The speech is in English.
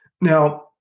Now